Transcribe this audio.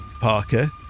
Parker